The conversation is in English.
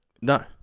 No